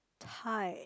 thigh